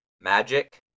Magic